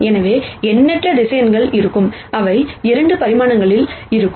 எனவே எண்ணற்ற வெக்டர்ஸ் இருக்கும் அவை 2 பரிமாணங்களில் இருக்கும்